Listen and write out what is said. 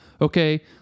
Okay